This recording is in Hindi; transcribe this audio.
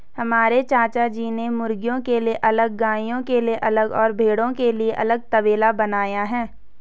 हमारे चाचाजी ने मुर्गियों के लिए अलग गायों के लिए अलग और भेड़ों के लिए अलग तबेला बनाया है